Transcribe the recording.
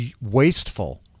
wasteful